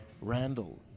Randall